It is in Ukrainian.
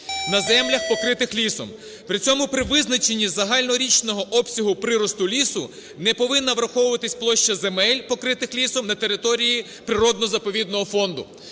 на землях, покритих лісом. При цьому при визначені загальнорічного обсягу приросту лісу не повинна враховуватись площа земель, покритих лісом, на території природно-заповідного фонду.